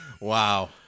Wow